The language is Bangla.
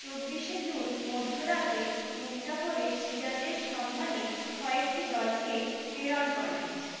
চব্বিশে জুন মধ্যরাতে মিরর্জাফরের সিরাজের সন্ধানে কয়েকটি দলকে প্রেরণ করেন